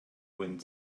wind